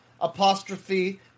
apostrophe